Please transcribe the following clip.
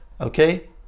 okay